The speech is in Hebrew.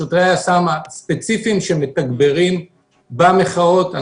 לשוטרי היס"מ הספציפיים שמתגברים במחאות.